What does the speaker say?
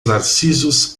narcisos